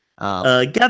Gather